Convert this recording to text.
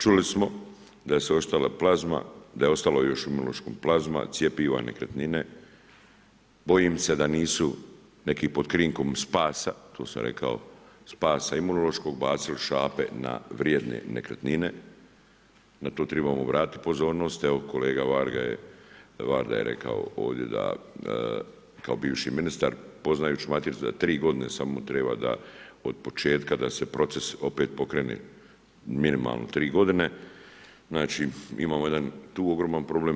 Čuli smo da se očitala plazma, da je ostalo još u Imunološkom plazma, cjepiva, nekretnine, bojim se da nisu neki pod krinkom spasa, tu sam rekao spasa Imunološkog bacili šape na vrijedne nekretnine, na to tribamo obratiti pozornost, evo kolega Varda je rekao ovdje da kao bivši ministar, poznajući matricu 3 godine samo treba od početka da se proces opet pokrene, minimalno 3 godine, znači imamo jedan tu ogroman problem.